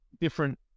different